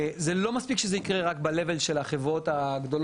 זה לא מספיק שזה יקר רק ברמה של החברות הגדולות,